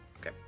Okay